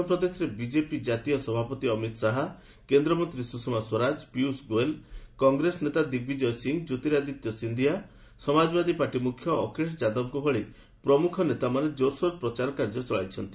ମଧ୍ୟପ୍ରଦେଶରେ ବିଜେପି ଜାତୀୟ ସଭାପତି ଅମିତ ଶାହା କେନ୍ଦ୍ରମନ୍ତ୍ରୀ ସୁଷମା ସ୍ୱରାଜ ପିୟଷ ଗୋଏଲ କଂଗ୍ରେସ ନେତା ଦିଗ୍ବିଜୟ ସିଂହ ଜ୍ୟୋର୍ତିଆଦିତ୍ୟ ସିନ୍ଦିଆ ସମାଜବାଦୀ ପାର୍ଟି ମୁଖ୍ୟ ଅଖିଳେଶ ଯାଦବଙ୍କ ଭଳି ପ୍ରମୁଖ ନେତାମାନେ ଜୋରସୋର ପ୍ରଚାର କାର୍ଯ୍ୟ ଚଳାଇଛନ୍ତି